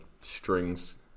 strings